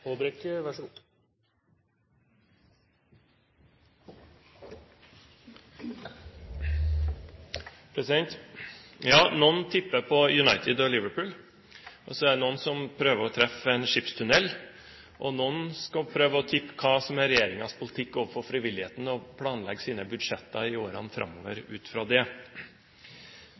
Noen tipper på United og Liverpool. Så er det noen som prøver å treffe en skipstunnel. Noen skal prøve å tippe hva som er regjeringens politikk overfor frivilligheten, og planlegge sine budsjetter i årene framover ut fra det.